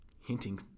hinting